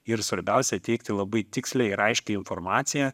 ir svarbiausia teikti labai tiksliai ir aiškiai informaciją